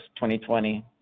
2020